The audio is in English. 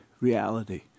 reality